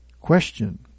Question